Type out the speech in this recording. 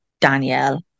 Danielle